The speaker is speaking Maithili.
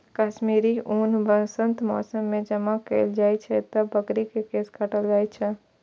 कश्मीरी ऊन वसंतक मौसम मे जमा कैल जाइ छै, जब बकरी के केश काटल जाइ छै